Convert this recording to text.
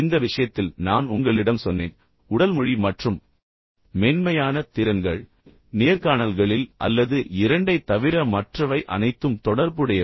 இந்த விஷயத்தில் நான் உங்களிடம் சொன்னேன் உடல் மொழி மற்றும் மென்மையான திறன்கள் நேர்காணல்களில் அல்லது இரண்டைத் தவிர மற்றவை அனைத்தும் தொடர்புடையவை